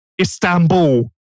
Istanbul